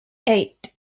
eight